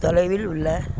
தொலைவில் உள்ள